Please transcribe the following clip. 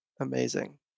Amazing